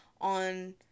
on